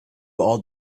all